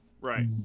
Right